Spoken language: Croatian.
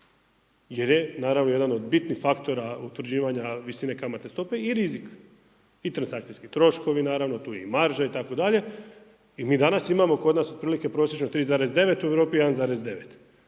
jer je naravno jedan od bitnih faktora utvrđivanja visine kamatne stope i rizik i transakcijski troškovi naravno, tu je i marža itd.. I mi danas imamo kod nas otprilike prosječno 3,9, u Europi 1,9.